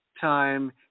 Time